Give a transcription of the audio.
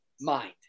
mind